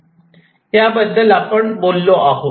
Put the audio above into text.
आपण याबद्दल बोललो आहोत